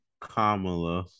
Kamala